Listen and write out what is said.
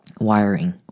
wiring